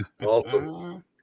Awesome